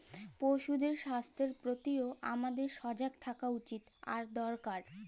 পশুদের স্বাস্থ্যের প্রতিও হামাদের সজাগ থাকা উচিত আর দরকার